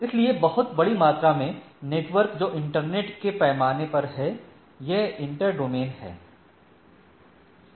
इसलिए बहुत बड़ी मात्रा में नेटवर्क जो इंटरनेट के पैमाने पर हैं ये इंटर डोमेन हैं